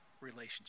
relationship